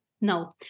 No